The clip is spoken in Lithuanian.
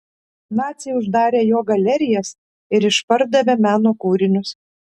naciai uždarė jo galerijas ir išpardavė meno kūrinius